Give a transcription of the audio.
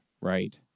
right